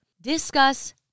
discuss